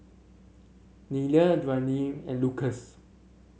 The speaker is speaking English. Nelia Dwaine and Lucas